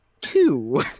Two